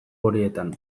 horietan